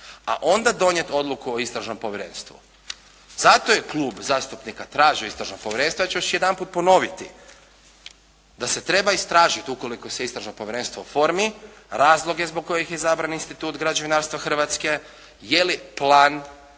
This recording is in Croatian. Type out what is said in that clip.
A onda donijeti odluku o istražnom povjerenstvu. Zato je Klub zastupnika tražio istražno povjerenstvo. Ja ću još jedanput ponoviti da se treba istražiti ukoliko se istražno povjerenstvo oformi razloge zbog kojih je izabran institut građevinarstva Hrvatske? Je li plan, program